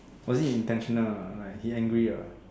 was it intentional like he angry ah